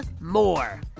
More